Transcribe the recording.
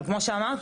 אבל כמו שאמרתי,